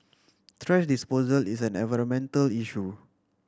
thrash disposal is an environmental issue